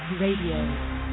Radio